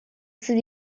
sud